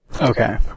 Okay